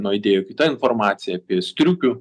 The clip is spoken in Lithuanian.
nuaidėjo kita informacija apie striukių